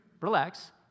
relax